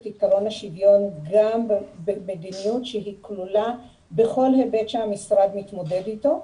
עקרון השוויון גם במדיניות שהיא כלולה בכל היבט שהמשרד מתמודד איתו,